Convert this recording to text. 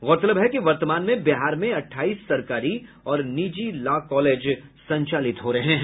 गौरतलब है कि वर्तमान में बिहार में अट्ठाईस सरकारी और निजी लॉ कॉलेज संचालित हो रहे हैं